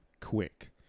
quick